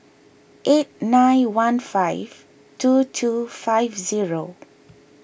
eight nine one five two two five zero